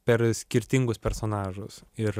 per skirtingus personažus ir